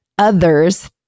Others